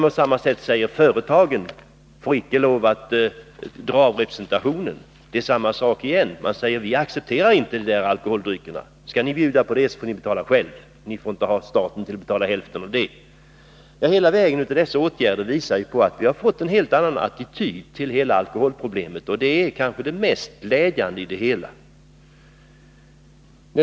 På samma sätt är det när vi säger: Företagen får inte göra avdrag för sprit vid representation. Skall ni bjuda på sprit får ni betala den själva — staten ställer inte upp och betalar hälften! Alla dessa åtgärder visar att vi har fått en helt annan attityd till alkoholproblemet, och det är kanske det mest glädjande i det hela.